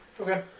Okay